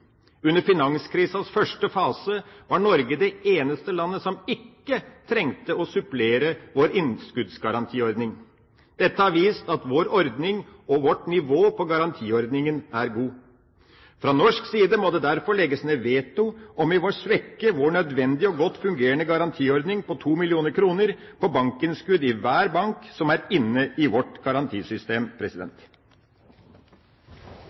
Under finanskrisas første fase var Norge det eneste landet som ikke trengte å supplere sin innskuddsgarantiordning. Dette har vist at vår ordning og vårt nivå på garantiordninga er god. Fra norsk side må det derfor legges ned veto om vi må svekke vår nødvendige og godt fungerende garantiordning på 2 mill. kr på bankinnskudd i hver bank som er inne i vårt garantisystem.